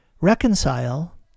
reconcile